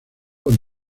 con